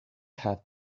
have